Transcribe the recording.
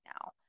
now